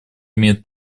имеет